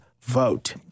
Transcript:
vote